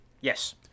Yes